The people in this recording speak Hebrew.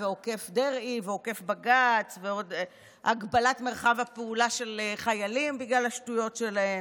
עוקף דרעי ועוקף בג"ץ והגבלת מרחב הפעולה של חיילים בגלל השטויות שלהם.